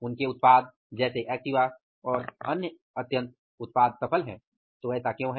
उनके उत्पाद जैसे एक्टिवा और अन्य अत्यंत सफल क्यों हैं